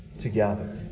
together